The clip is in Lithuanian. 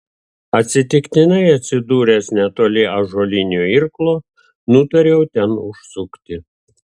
atsitiktinai atsidūręs netoli ąžuolinio irklo nutariau ten užsukti